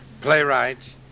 playwright